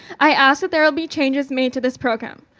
i asked that there will be changes made to this program.